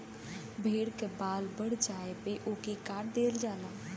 भेड़ के बाल बढ़ जाये पे ओके काट देवल जाला